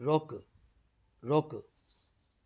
रोक़ु रोक़ु